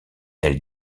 elle